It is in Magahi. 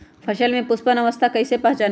फसल में पुष्पन अवस्था कईसे पहचान बई?